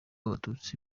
abatutsi